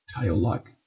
tail-like